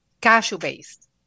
cashew-based